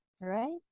right